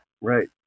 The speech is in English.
Right